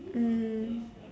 mm